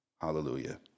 hallelujah